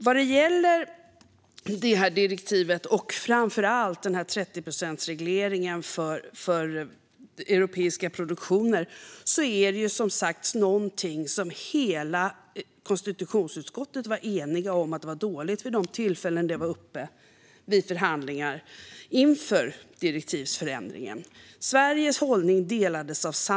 Hela konstitutionsutskottet var inför förhandlingarna om direktivsförändringen enigt om att direktivet, framför allt 30-procentsregleringen för europeiska produktioner, var dåligt. Samtliga partier i riksdagen höll med om Sveriges hållning.